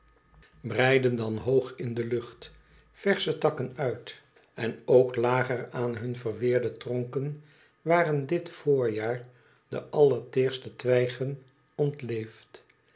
breidden dan hoog in de lucht versche takken uit en ook lager aan hun verweerde tronken waren dit voorjaar de allerteerste twijgen ontleefd